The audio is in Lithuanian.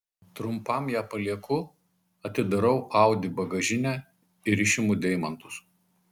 trumpam ją palieku atidarau audi bagažinę ir išimu deimantus